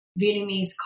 Vietnamese